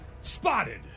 spotted